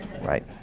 right